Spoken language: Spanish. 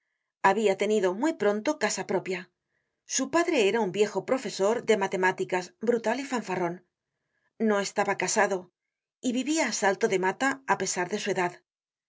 habia tenido muy pronto casa propia su padre era un viejo profesor de matemáticas brutal y fanfarron no estaba casado y vivia á salto de mata á pesar de su edad